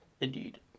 Indeed